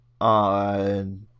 on